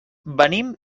venim